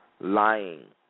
Lying